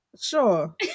Sure